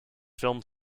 film